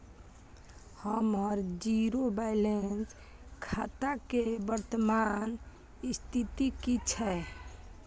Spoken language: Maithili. हमर जीरो बैलेंस खाता के वर्तमान स्थिति की छै?